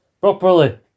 properly